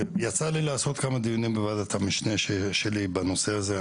יצא לי לעשות כמה דיונים בוועדת המשנה שלי בנושא הזה.